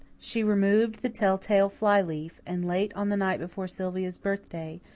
she removed the telltale fly-leaf and late on the night before sylvia's birthday,